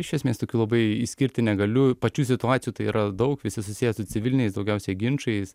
iš esmės tokių labai išskirti negaliu pačių situacijų tai yra daug visi susiję su civiliniais daugiausia ginčais